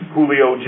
Julio